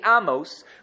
amos